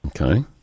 Okay